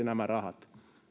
nämä rahat